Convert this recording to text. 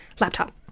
Laptop